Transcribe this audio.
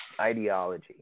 ideology